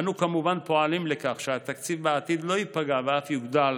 אנו כמובן פועלים לכך שבעתיד התקציב לא ייפגע ואף יוגדל,